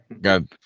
God